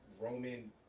Roman